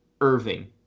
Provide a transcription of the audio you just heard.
Irving